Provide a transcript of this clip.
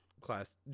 class